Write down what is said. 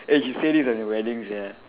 and she said this on your wedding sia